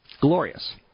Glorious